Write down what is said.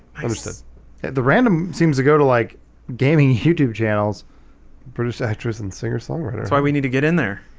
i understood the random seems to go to like gaming youtube channels produce actress and singer-songwriter, why we need to get in there,